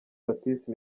baptiste